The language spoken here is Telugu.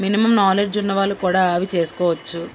మినిమం నాలెడ్జ్ ఉన్నవాళ్ళు కూడా అవి చేసుకోవచ్చు